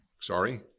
Sorry